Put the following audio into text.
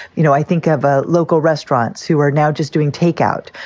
you know, i think of a local restaurants who are now just doing takeout.